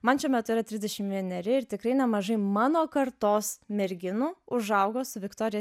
man šiuo metu yra trisdešimt vieneri ir tikrai nemažai mano kartos merginų užaugo su viktorija